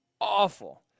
awful